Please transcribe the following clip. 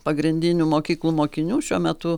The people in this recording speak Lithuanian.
pagrindinių mokyklų mokinių šiuo metu